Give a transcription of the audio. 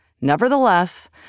Nevertheless